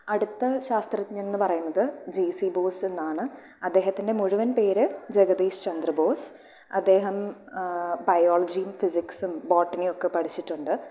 അടുത്ത ശാസ്ത്രജ്ഞൻ എന്നുപറയുന്നത് ജെ സി ബോസ് എന്നാണ് അദ്ദേഹത്തിന്റെ മുഴുവൻ പേര് ജഗതീഷ് ചന്ദ്ര ബോസ് അദ്ദേഹം ബിയോളജി ഫിസിക്സും ബോട്ടണിയോക്കെ പഠിച്ചിട്ടുണ്ട്